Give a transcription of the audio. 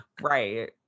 right